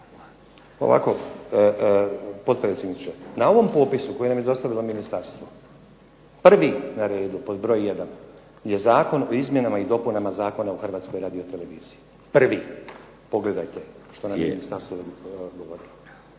(SDP)** Potpredsjedniče, na ovom popisu koje nam je dostavilo ministarstvo prvi na redu pod broj 1 je Zakon o izmjenama i dopunama Zakona o Hrvatskoj radioteleviziji. Prvi. Pogledajte što nam je ministarstvo odgovorilo.